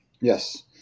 Yes